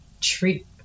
treat